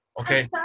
Okay